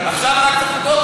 עכשיו רק צריך